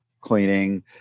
cleaning